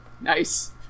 Nice